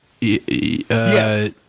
Yes